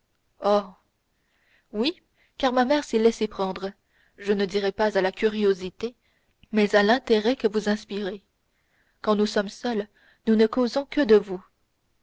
oui car ma mère s'est laissée prendre je ne dirai pas à la curiosité mais à l'intérêt que vous inspirez quand nous sommes seuls nous ne causons que de vous